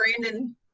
brandon